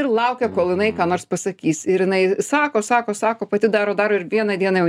ir laukia kol jinai ką nors pasakys ir jinai sako sako sako pati daro daro ir vieną dieną jau